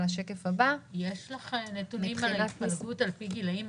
יש לך נתונים על התפלגות על פי גילאים?